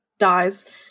Dies